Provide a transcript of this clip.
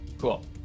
cool